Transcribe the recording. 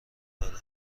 داره